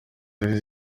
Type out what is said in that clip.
ziri